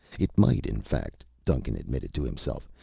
it might, in fact, duncan admitted to himself,